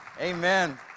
Amen